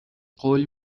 قول